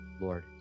Lord